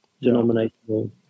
denominational